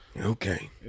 Okay